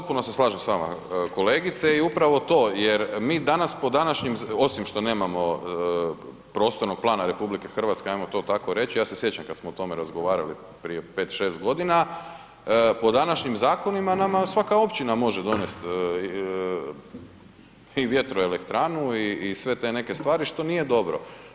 Potpuno se slažem s vama kolegice i upravo to jer mi danas po današnjim, osim što nemamo prostornog plana RH, ajmo to tako reći, ja se sjećam kad smo o tome razgovarali prije 5, 6 g., po današnjim zakonima, nama svaka općina može donest i vjetroelektranu i sve te neke stvari što nije dobro.